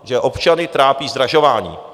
Že občany trápí zdražování.